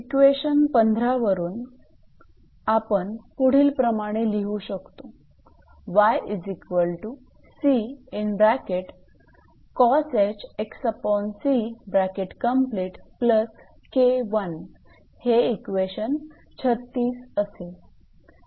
equation 15 वरून आपण पुढील प्रमाणे लिहू शकतो 𝑦 हे इक्वेशन 36 असेल